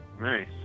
Nice